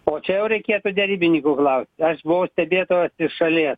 o čia jau reikėtų derybininkų klaust aš buvauo stebėtojas iš šalies